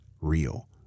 real